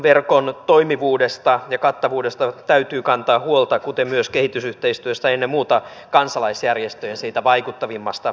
edustustoverkon toimivuudesta ja kattavuudesta täytyy kantaa huolta kuten myös kehitysyhteistyöstä ennen muuta siitä kansalaisjärjestöjen vaikuttavimmmasta työstä